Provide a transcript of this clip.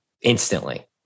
instantly